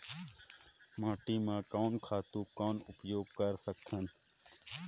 माटी म कोन खातु कौन उपयोग कर सकथन?